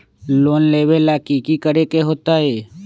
Loan लेबे ला की कि करे के होतई?